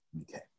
Okay